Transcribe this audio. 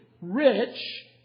Rich